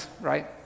right